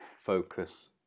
focus